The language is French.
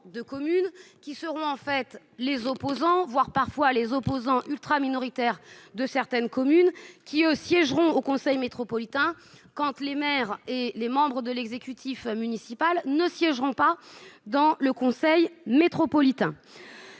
de communes, qui seront en fait des opposants, voire parfois des opposants ultra-minoritaires dans certaines communes, qui siégeront au conseil métropolitain quand les maires et les membres de l'exécutif municipal n'y siégeront pas. Ce constat doit